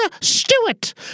Stewart